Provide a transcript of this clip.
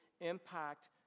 impact